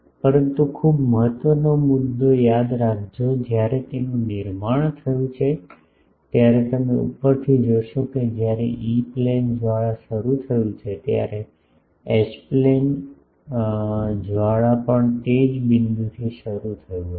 પરંતુ ખૂબ મહત્વનો મુદ્દો યાદ રાખજો જ્યારે તેનું નિર્માણ થયું ત્યારે તમે ઉપરથી જોશો કે જ્યારે ઇ પ્લેન જ્વાળા શરૂ થયું હતું ત્યારે એચ પ્લેન જ્વાળા પણ તે જ બિંદુથી શરૂ થયું હતું